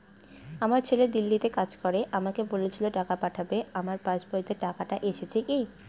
আমার ছেলে দিল্লীতে কাজ করে আমাকে বলেছিল টাকা পাঠাবে আমার পাসবইতে টাকাটা এসেছে কি?